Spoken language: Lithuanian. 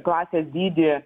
klasės dydį